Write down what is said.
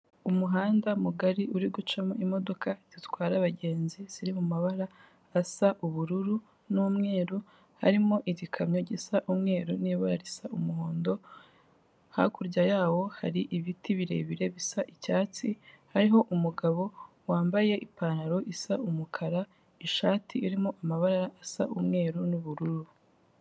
Umuhanda mugari uri gucamo imodoka zitwara abagenzi ziri mumabara asa ubururu n'umweru, harimo igikamyo gisa umweru nibara risa umuhondo, hakurya yawo hari ibiti birebire bisa icyatsi, hariho umugabo wambaye ipantaro isa umukara, ishati irimo amabara asa umweru, n'ubururu.